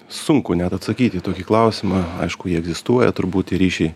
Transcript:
sunku net atsakyt į tokį klausimą aišku jie egzistuoja turbūt tie ryšiai